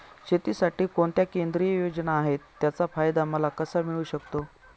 शेतीसाठी कोणत्या केंद्रिय योजना आहेत, त्याचा फायदा मला कसा मिळू शकतो?